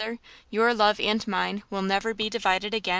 your love and mine will never be divided again?